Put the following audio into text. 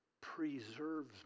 preserves